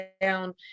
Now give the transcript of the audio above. down